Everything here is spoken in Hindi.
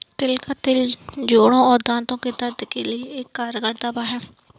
तिल का तेल जोड़ों और दांतो के दर्द के लिए एक कारगर दवा है